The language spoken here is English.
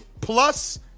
plus